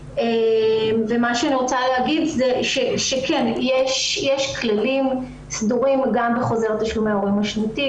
מה שאני רוצה להגיד שיש כללים סדורים גם בחוזר תשלומי ההורים השנתי,